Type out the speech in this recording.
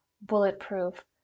bulletproof